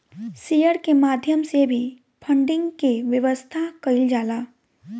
share के माध्यम से भी फंडिंग के व्यवस्था कईल जाला